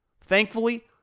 Thankfully